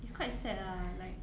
it's quite sad lah like